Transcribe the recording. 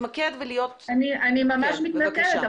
אני ממש מתנצלת,